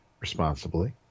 responsibly